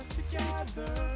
Together